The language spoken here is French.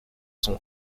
son